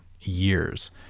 years